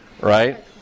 right